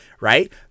right